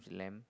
lamb